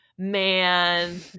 man